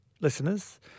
Listeners